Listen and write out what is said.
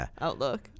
outlook